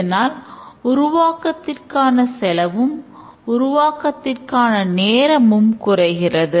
இதனால் உருவாக்கத்திற்கான செலவும் உருவாக்கத்திற்கான நேரமும் குறைகிறது